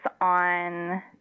on